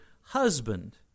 husband